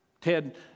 Ted